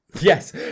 Yes